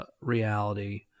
reality